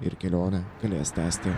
ir kelionę galės tęsti